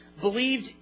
believed